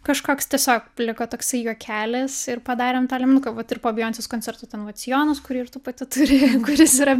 kažkoks tiesiog liko toksai juokelis ir padarėm tą liemenuką vat ir po bijoncės koncerto ten vat sijonas kurį ir tu pati turi kuris yra